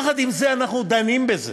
יחד עם זה, אנחנו דנים בזה.